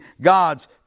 God's